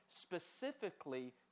specifically